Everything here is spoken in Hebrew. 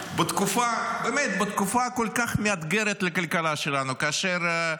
באמת, בתקופה כל כך מאתגרת לכלכלה שלנו, כאשר,